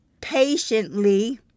patiently